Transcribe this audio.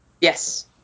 Yes